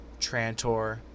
Trantor